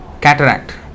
cataract